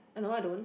uh no I don't